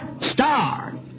star